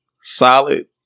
solid